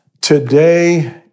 today